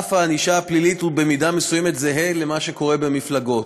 רף הענישה הפלילית הוא במידה מסוימת זהה למה שקורה במפלגות.